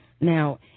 Now